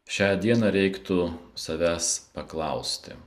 šią dieną reiktų savęs paklausti